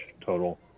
total